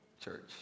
Church